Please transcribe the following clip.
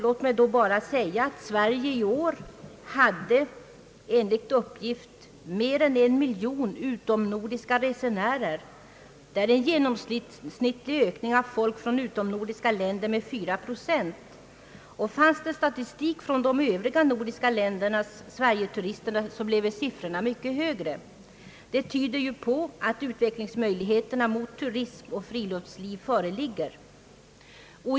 Låt mig bara nämna att Sverige i år hade enligt uppgift mer än en miljon utomnordiska resenärer. Det är en genomsnittlig ökning av folk från utomnordiska länder med 4 procent. Funnes statistik från de övriga nordiska ländernas Sverige-turister, bleve siffrorna mycket högre, Det tyder ju på att utvecklingsmöjligheterna mot turism och friluftsliv föreligger.